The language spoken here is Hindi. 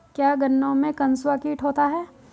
क्या गन्नों में कंसुआ कीट होता है?